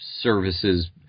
services